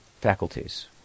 faculties